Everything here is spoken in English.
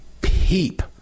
peep